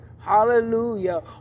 Hallelujah